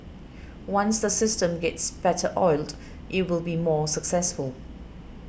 once the system gets better oiled it will be more successful